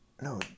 no